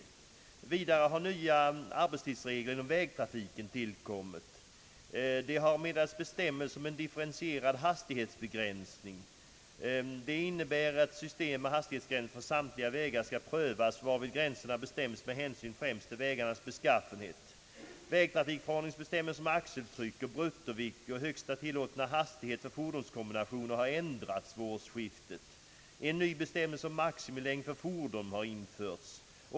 Vidare har nya arbetstidsregler inom vägtrafiken tillkommit. Bestämmelser har också meddelats om s.k. differentierad hastighetsbegränsning. Dessa bestämmelser innebär att ett system med hastighetsgränser för samtliga vägar skall prövas, varvid gränserna bestäms med hänsyn främst till vägarnas beskaffenhet. Vägtrafikförordningens bestämmelser om axeltryck, bruttovikt och högsta tillåtna hastighet för fordonskombinationer har ändrats vid årsskiftet. En ny bestämmelse om maximilängd för fordon har införts.